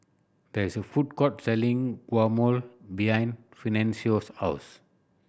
there is a food court selling Guacamole behind Fidencio's house